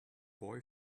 boy